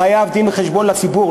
והוא חייב דין-וחשבון לציבור,